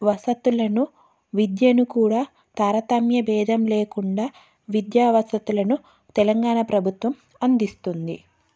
వసతులను విద్యను కూడా తారతమ్య బేధం లేకుండా విద్యా వసతులను తెలంగాణ ప్రభుత్వం అందిస్తుంది